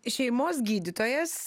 šeimos gydytojas